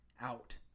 out